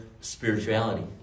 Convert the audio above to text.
spirituality